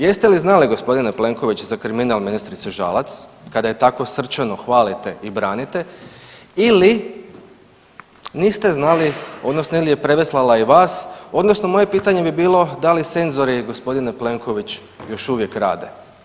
Jeste li znali gospodine Plenkoviću za kriminal ministrice Žalac kada je tako srčano hvalite i branite ili niste znali odnosno je li je preveslala i vas odnosno moje pitanje bi bilo da li se senzori gospodine Plenković još uvijek rade.